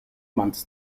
months